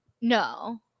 No